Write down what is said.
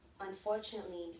unfortunately